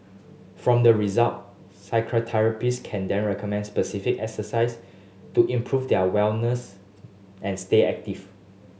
from the result physiotherapist can then recommend specific exercise to improve their and stay active